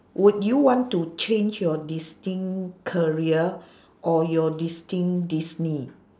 would you want to change your destined career or your destined